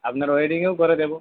আপনার ওয়েডিং এও করে দেবো